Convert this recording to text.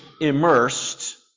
immersed